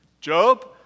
Job